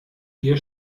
ihr